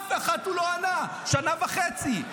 על אף אחת הוא לא ענה שנה וחצי.